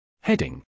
Heading